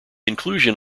inclusion